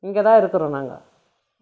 இங்கேதான் இருக்கிறோம் நாங்கள்